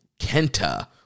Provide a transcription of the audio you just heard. Kenta